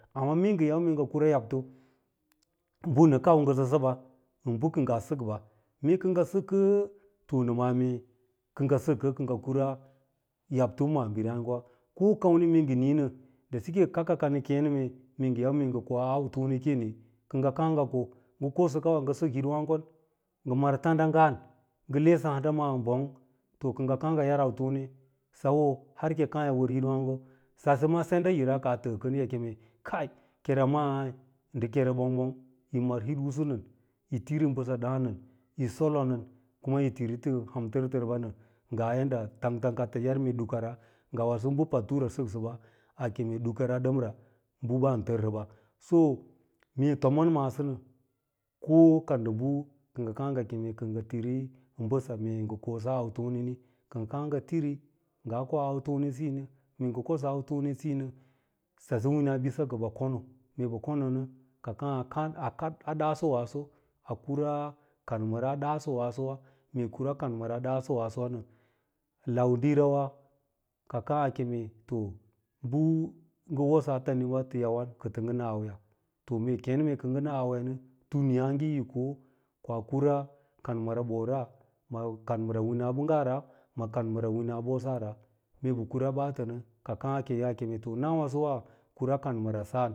Amma mee ngɚn yau ngɚ kura yabto bɚ nɚ kau ngɚsɚ sɚba kɚlce kɚ ngɚ sɚkɚ kɚ ngɚ kara yabto maabiri yààgewa ko kamni mee ngɚ niinɚ da cike kaka ka kêên me nɚ ce ngɚ yau mee ngɚ oa aii tonekeni kɚ kɚ ngɚ kaà ngɚ o, ngɚ kosɚ kawa ngɚ sɚk tifwaàgon ngɚ mar tanda’ngan ngɚ lesɚ maa handa bɚng kɚ ngɚ kii ngɚ yar autone sɚ wo, har ki yi kàà yi wɚr hitwààgo sase ma senɗalira ka tɚɚ kɚn yi keme kai kerya mai ndɚ kere ɓong-ɓong yi mar hit’usunɚ yi tiri mbɚca ɗaan nɚ yi solon nɚ kuma yi tiri hamtɚr tɚr ɓa nɚ ngaa yadda tangtang ka tɚn yar mee dukara ngawaso bɚ patura sɚksɚba a keme ɗakara ɗɚmra bɚ ban tɚrsɚba. So mee tomon maaso nɚ ko ka ndɚ bɚ kɚ ngɚ tiri mbɚsa mee ngɚ kosan autone ni kɚ ngɚ kàà ngɚ tiri ngaa koa autona siyini ngɚ kosaa autone siyi nɚ sase wina ɓisa kɚ ɓɚ kono mee ɓɚ kononɚ ka kàà a kaaf, a kaɗ a ɗaasowaaso a kura kaumɚra a a ɗaasowaasowa mee kura kanmɚra a ɗaasowaason wa nɚ lau diirawa ka kàà a keme to bɚ ngɚ wosaa taniɓa tɚ yawan kɚtɚ ngɚ na auya to mee kêên kɚtɚ ngɚ na auya nɚ tunyàày ko’o ko kura kanmɚra bora ma kanmɚra wina ɓɚnggara ma kanmɚra winaɓosara mee sɚ kura baatɚ nɚ ka kàà a kem nasowa wa kura kanmɚrasan.